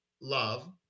love